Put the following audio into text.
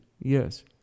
Yes